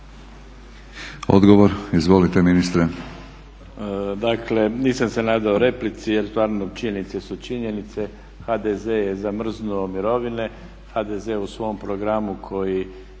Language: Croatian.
Odgovor, izvolite ministre. **Mrsić, Mirando (SDP)** Nisam se nadao replici jer stvarno činjenice su činjenice, HDZ je zamrznuo mirovine, HDZ u svom programu koji